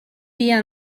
via